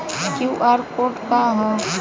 QR code का ह?